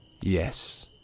Yes